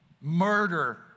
Murder